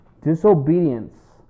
Disobedience